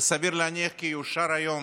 וסביר להניח כי יאושר היום